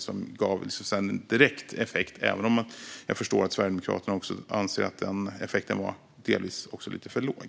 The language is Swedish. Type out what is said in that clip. Det gav en direkt effekt, även om jag förstår att Sverigedemokraterna anser att den effekten delvis var lite för låg.